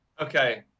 Okay